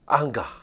anger